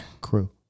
Crew